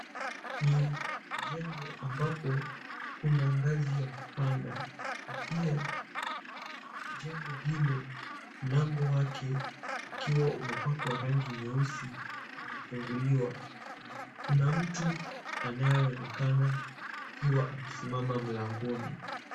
Ni jengo ambapo kuna ngazi ya kupanda na pia jengo hilo mlango wake ukiwa umepakwa rangi nyeusi umefunguliwa na kuna mtu anayeonekana akiwa amesimama mlangoni.